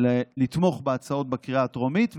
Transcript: ולתמוך בהצעות בקריאה הטרומית.